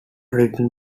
written